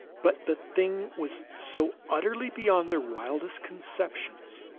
but the thing was so utterly beyond their wildest conceptions,